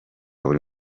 buri